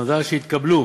הצמדה שהתקבלו